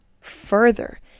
further